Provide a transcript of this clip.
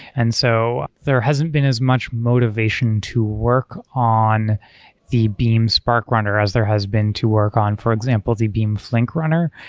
and so there hasn't been as much motivation to work on the beam spark runner as there has been to work on, for example, the beam flink runner.